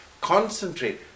concentrate